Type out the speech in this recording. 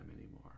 anymore